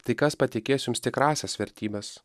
tai kas patikės jums tikrąsias vertybes